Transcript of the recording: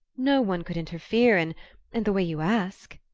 no one could interfere in in the way you ask.